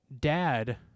dad